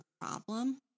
problem